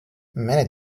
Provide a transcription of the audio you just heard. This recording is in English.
many